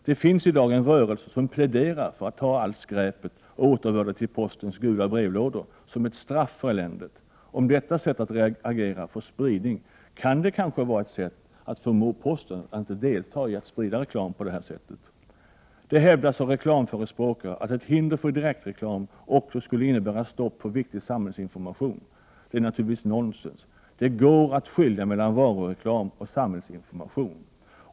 Det finns i dag en rörelse som pläderar för att ta allt skräpet och återbörda det till postens gula brevlådor, som ett straff för eländet. Om detta agerande får spridning, kan det kanske vara ett sätt att förmå posten att inte delta i denna spridning av reklam. Det hävdas av reklamförespråkare att ett hinder för direktreklam också skulle innebära stopp för viktig samhällsinformation. Det är naturligtvis nonsens. Det går att skilja mellan varureklam och samhällsinformation.